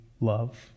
love